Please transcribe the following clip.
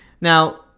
Now